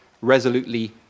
resolutely